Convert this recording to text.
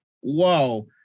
Whoa